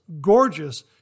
gorgeous